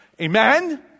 Amen